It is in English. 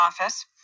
office